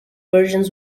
versions